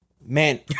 man